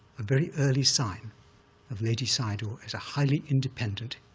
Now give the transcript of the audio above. a very early sign of ledi sayadaw as a highly independent,